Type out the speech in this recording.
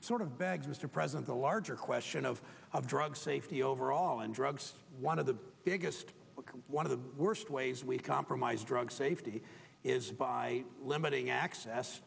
sort of begs mr president the larger question of drug safety overall and drugs one of the biggest one of the worst ways we compromise drug safety is by limiting access